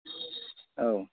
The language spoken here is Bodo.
औ